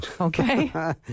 Okay